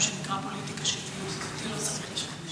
שנקרא פוליטיקה של, אותי לא צריך לשכנע.